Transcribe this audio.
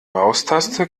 maustaste